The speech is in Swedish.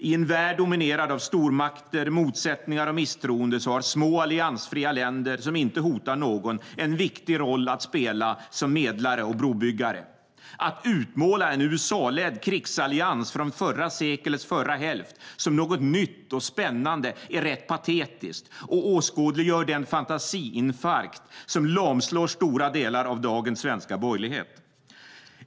I en värld dominerad av stormakter, motsättningar och misstroende har små alliansfria länder som inte hotar någon en viktig roll att spela som medlare och brobyggare. Att utmåla en USA-ledd krigsallians från förra seklets förra hälft som något nytt och spännande är rätt patetiskt och åskådliggör den fantasiinfarkt som lamslår stora delar av dagens svenska borgerlighet.